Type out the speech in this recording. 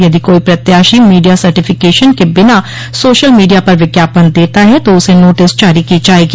यदि कोई प्रत्याशी मीडिया सर्टिफिकेशन के बिना सोशल मीडिया पर विज्ञापन देता है तो उसे नोटिस जारी की जाएगी